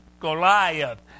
Goliath